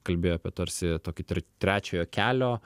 kalbėjo apie tarsi tokį tre trečiojo kelio